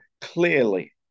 clearly